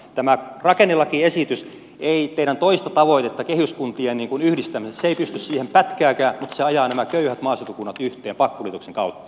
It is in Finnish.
tämä rakennelakiesitys ei teidän toiseen tavoitteeseen kehyskuntien yhdistämiseen se ei pysty siihen pätkääkään mutta se ajaa nämä köyhät maaseutukunnat yhteen pakkoliitoksen kautta